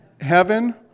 heaven